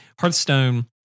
Hearthstone